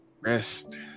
Rest